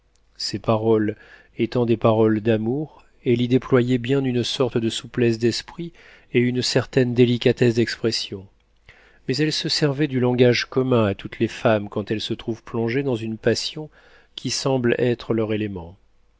ses paroles étant des paroles d'amour elle y déployait bien une sorte de souplesse d'esprit et une certaine délicatesse d'expression mais elle se servait du langage commun à toutes les femmes quand elles se trouvent plongées dans une passion qui semble être leur élément